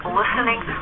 listening